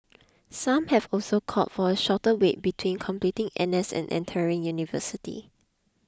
some have also called for a shorter wait between completing N S and entering university